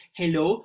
hello